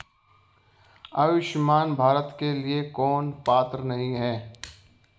आयुष्मान भारत के लिए कौन पात्र नहीं है?